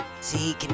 See